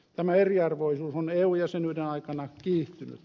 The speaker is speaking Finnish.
tämä eriarvoisuus on eu jäsenyyden aikana kiihtynyt